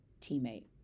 teammate